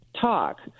talk